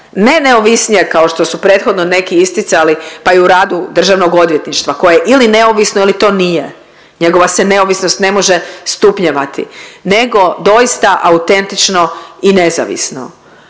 ne neovisnije kao što su prethodno neki isticali pa i u radu državnog odvjetništva koje je ili neovisno ili to nije. Njegova se neovisnost ne može stupnjevati nego doista autentično i nezavisno,